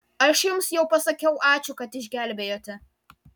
aš jums jau pasakiau ačiū kad išgelbėjote